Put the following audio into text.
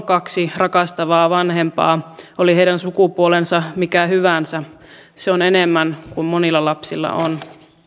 kaksi rakastavaa vanhempaa oli heidän sukupuolensa mikä hyvänsä se on enemmän kuin monilla lapsilla on